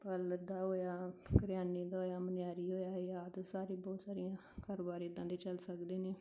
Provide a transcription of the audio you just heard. parlour ਦਾ ਹੋਇਆ ਕਰਿਆਨੇ ਦਾ ਹੋਇਆ ਮਨਿਆਰੀ ਹੋਇਆ ਇਹ ਆਦਿ ਸਾਰੇ ਬਹੁਤ ਸਾਰੀਆਂ ਕਾਰੋਬਾਰ ਇੱਦਾਂ ਦੇ ਚੱਲ ਸਕਦੇ ਨੇ